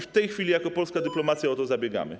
W tej chwili jako polska dyplomacja o to zabiegamy.